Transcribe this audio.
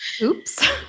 Oops